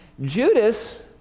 Judas